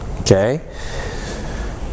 Okay